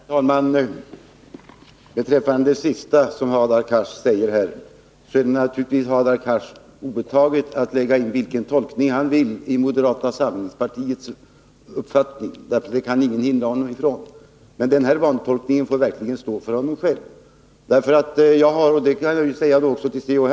Herr talman! Beträffande det sista som Hadar Cars sade, så är det naturligtvis Hadar Cars obetaget att göra vilken tolkning han vill av moderata samlingspartiets uppfattning. Det kan ingen hindra honom från. Men denna vantolkning får verkligen stå för honom själv. Jag kan säga till Hadar Cars, och även till C.-H.